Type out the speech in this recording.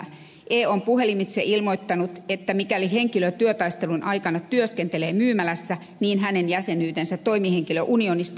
e on puhelimitse ilmoittanut että mikäli henkilö työtaistelun aikana työskentelee myymälässä hänen jäsenyytensä toimihenkilöunionista irtisanotaan